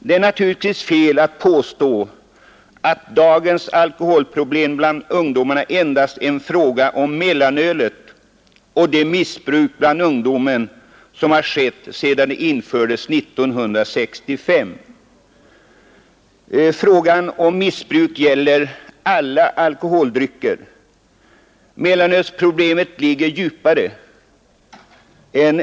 Man kan inte påstå att dagens alkoholproblem bland ungdomen endast gäller mellanölet och att missbruket har uppstått sedan mellanölet tillkom 1965. Missbruket omfattar alla alkoholdrycker. Och problemets orsak ligger djupare än tillkomsten av mellanölet.